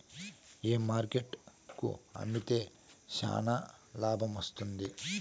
ఏ market కు అమ్మితే చానా లాభం వస్తుంది?